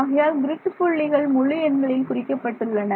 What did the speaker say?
ஆகையால் கிரிட் புள்ளிகள் முழு எண்ககளில் குறிக்கப்பட்டுள்ளன